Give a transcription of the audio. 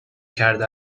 کرده